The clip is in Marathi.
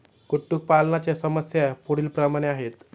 कुक्कुटपालनाच्या समस्या पुढीलप्रमाणे आहेत